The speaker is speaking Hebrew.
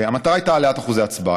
המטרה הייתה העלאת שיעורי ההצבעה.